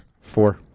four